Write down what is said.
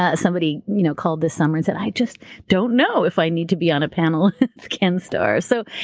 ah somebody you know called this summer and said, i just don't know if i need to be on a panel with ken starr. so,